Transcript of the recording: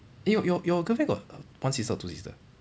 eh your your your girlfriend got one sister or two sister